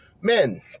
Men